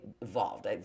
evolved